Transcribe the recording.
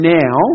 now